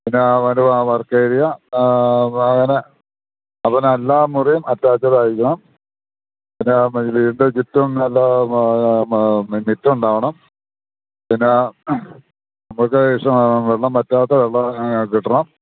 പിന്നെ വർക്കേരിയ അങ്ങനെ അതുപോലെതന്നെ എല്ലാ മുറിയും അറ്റാച്ച്ഡായിരിക്കണം പിന്നെ വീടിൻ്റെ ചുറ്റും നല്ല മുറഅറമുണ്ടാവണം പിന്നെ നമുക്കു വെള്ളം വറ്റാത്ത വെള്ളം കിട്ടണം